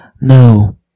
No